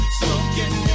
smoking